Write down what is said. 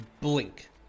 blink